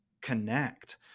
connect